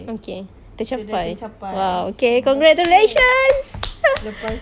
okay tercapai !wah! okay congratulations